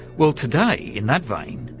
well today, in that vein,